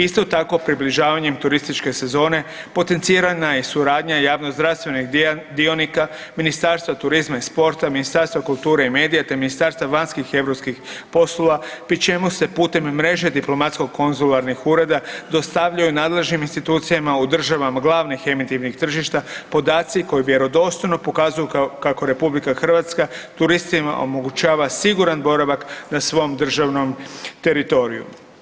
Isto tako približavanjem turističke sezone potencirana je i suradnja javnozdravstvenih dionika Ministarstva turizma i sporta, Ministarstva kulture i medija te Ministarstva vanjskih i europskih poslova pri čemu se putem mreže diplomatsko konzularnih ureda dostavljaju nadležnim institucijama u državama glavnih emitivnih tržišta podaci koji vjerodostojno pokazuju kako RH turistima omogućava siguran boravak na svom državnom teritoriju.